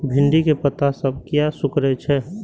भिंडी के पत्ता सब किया सुकूरे छे?